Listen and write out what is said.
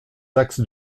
axes